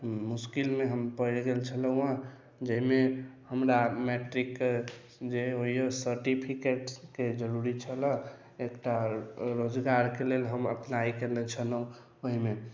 मुश्किल मे हम पड़ि गेल छलहुॅं जाहिमे हमरा मैट्रिकके जे होइया सर्टिफिकेटके जरुरी छलए एकटा रोजगार के लेल हम अप्लाई कयने छलहुॅं ओहिमे